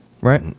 Right